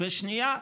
והשנייה,